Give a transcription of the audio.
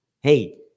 Hey